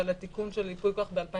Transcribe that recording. אבל התיקון של ייפויי כוח ב-2018.